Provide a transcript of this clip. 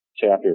chapter